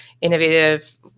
innovative